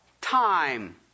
time